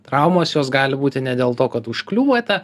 traumos jos gali būti ne dėl to kad užkliūvate